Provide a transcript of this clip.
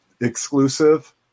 exclusive